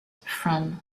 from